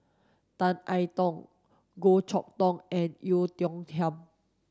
Tan I Tong Goh Chok Tong and Oei Tiong Ham